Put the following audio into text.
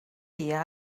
dia